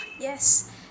Yes